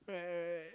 right right